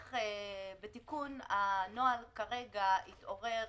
הצורך בתיקון הנוהל כרגע התעורר